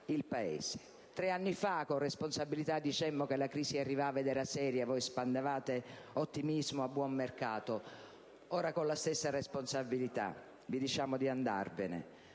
Tre anni fa, con responsabilità, dicemmo che la crisi arrivava ed era seria, e voi spandevate ottimismo a buon mercato. Ora, con la stessa responsabilità, vi diciamo di andarvene.